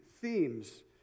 themes